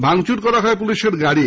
ভাঙচুর করা হয় পুলিশের গাড়ি